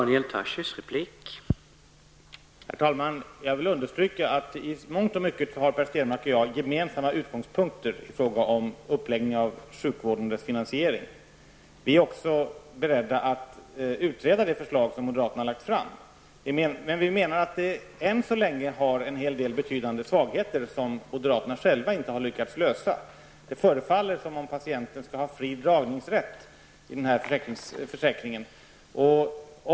Herr talman! Jag vill understryka att Per Stenmarck och jag i mångt och mycket har gemensamma utgångspunkter i fråga om uppläggningen av sjukvården och dess finansiering. Vi är också beredda att utreda det förslag som moderaterna har lagt fram. Men vi menar att det än så länge har betydande svagheter, som moderaterna själva inte har lyckats komma till rätta med. Det förefaller som om patienten skall ha fri dragningsrätt i den här försäkringen.